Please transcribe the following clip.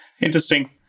Interesting